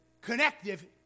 connective